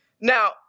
Now